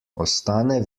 ostane